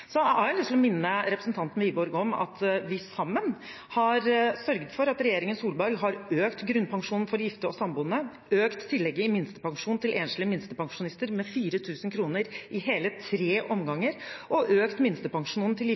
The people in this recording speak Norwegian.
Jeg har også lyst til å minne representanten Wiborg om at vi sammen har sørget for at regjeringen Solberg har økt grunnpensjonen for gifte og samboende, økt tillegget i minstepensjon til enslige minstepensjonister med 4 000 kr i hele tre omganger, og økt minstepensjonen